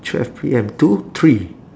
twelve P_M to three